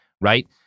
right